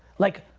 like,